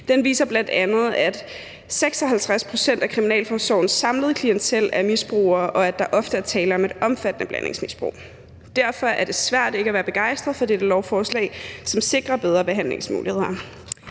Den viser bl.a., at 56 pct. af kriminalforsorgens samlede klientel er misbrugere, og at der ofte er tale om et omfattende blandingsmisbrug. Derfor er det svært ikke at være begejstret for dette lovforslag, som sikrer bedre behandlingsmuligheder.